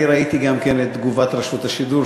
גם אני ראיתי את תגובת רשות השידור,